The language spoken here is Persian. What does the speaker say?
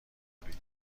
برید